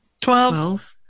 Twelve